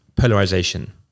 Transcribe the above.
polarization